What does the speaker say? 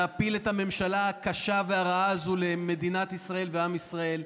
להפיל את הממשלה הקשה והרעה הזאת למדינת ישראל ועם ישראל,